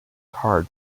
hard